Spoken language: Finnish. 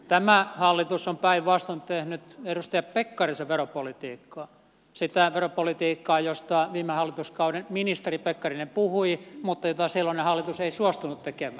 tämä hallitus on päinvastoin tehnyt edustaja pekkarisen veropolitiikkaa sitä veropolitiikkaa josta viime hallituskauden ministeri pekkarinen puhui mutta jota silloinen hallitus ei suostunut tekemään